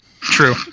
true